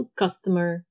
customer